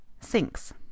Sinks